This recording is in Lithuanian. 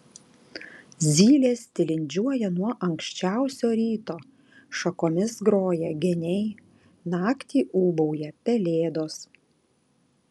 zylės tilindžiuoja nuo anksčiausio ryto šakomis groja geniai naktį ūbauja pelėdos